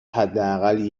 حداقل